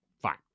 Fine